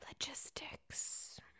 Logistics